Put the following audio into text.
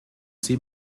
sie